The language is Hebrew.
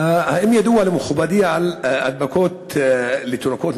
האם ידוע למכובדי על הידבקות תינוקות